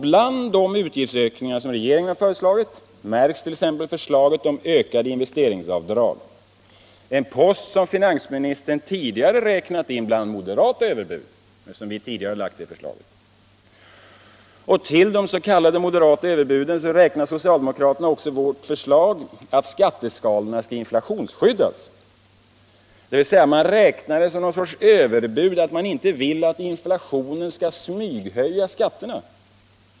Bland de utgiftsökningar som regeringen föreslagit märks t.ex. ökade investeringsavdrag, en post som finansministern tidigare räknat in bland moderata överbud, eftersom vi tidigare lagt det förslaget. Till de s.k. moderata överbuden räknar socialdemokraterna också vårt förslag att skatteskalorna skall inflationsskyddas, dvs. man räknar det som någon sorts överbud att vi inte vill att inflationen skall smyghöja skatter.